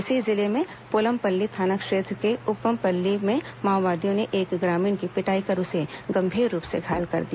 इसी जिले में पोलमपल्ली थाना क्षेत्र के उपमपल्ली में माओवादियों ने एक ग्रामीण की पिटाई कर उसे गंभीर रूप से घायल कर दिया